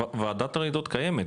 וועדת רעידות קיימת,